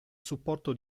supporto